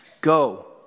go